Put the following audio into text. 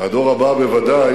והדור הבא בוודאי,